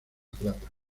plata